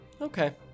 Okay